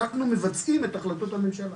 אנחנו מבצעים את החלטות הממשלה.